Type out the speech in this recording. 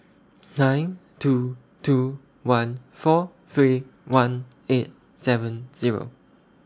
nine two two one four three one eight seven Zero